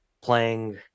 playing